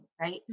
right